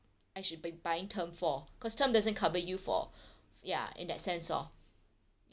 I should be buying term for cause term doesn't cover you for ya in that sense lor